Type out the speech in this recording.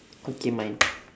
okay mine